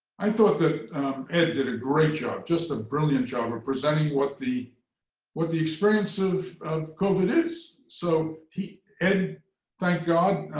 i thought that ed did a great job, just a brilliant job, of presenting what the what the experience of of covid is. so ed, thank god,